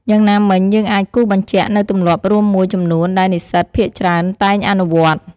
យ៉ាងណាមិញ យើងអាចគូសបញ្ជាក់នូវទម្លាប់រួមមួយចំនួនដែលនិស្សិតភាគច្រើនតែងអនុវត្ត។